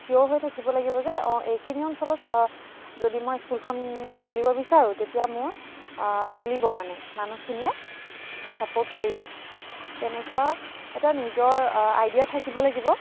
ছিয়'ৰ হৈ থাকিব লাগিব যে অঁ এইখিনি অঞ্চলত যদি মই স্কুলখন খুলিব বিচাৰোঁ তেতিয়া মোৰ চলিব মানে মানুহখিনিয়ে ছাপোৰ্ট কৰিব তেনেকুৱা এটা নিজৰ আইডিয়া থাকিব লাগিব